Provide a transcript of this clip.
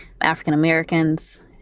African-Americans